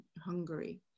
Hungary